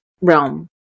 realm